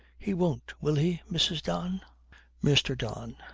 he won't. will he, mrs. don mr. don,